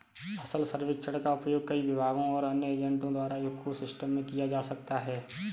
फसल सर्वेक्षण का उपयोग कई विभागों और अन्य एजेंटों द्वारा इको सिस्टम में किया जा सकता है